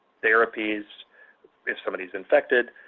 therapies if somebody's infected,